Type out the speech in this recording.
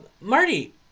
Marty